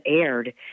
aired